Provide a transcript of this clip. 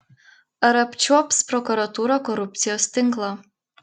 ar apčiuops prokuratūra korupcijos tinklą